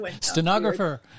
Stenographer